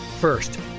First